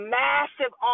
massive